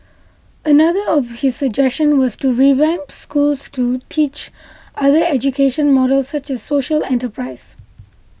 another of his suggestion was to revamp schools to teach other education models such as social enterprise